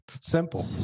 Simple